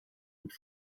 mit